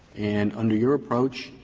and under your approach,